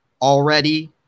already